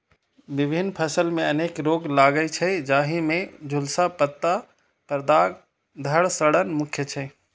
विभिन्न फसल मे अनेक रोग लागै छै, जाहि मे झुलसा, पत्ता पर दाग, धड़ सड़न मुख्य छै